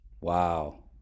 Wow